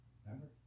remember